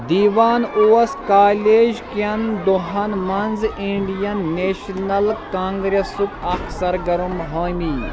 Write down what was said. دیٖوان اوس کالیج کٮ۪ن دۄہَن منٛز انڈین نیشنل کانگریسُک اکھ سرگرم حامی